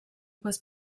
was